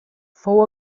fou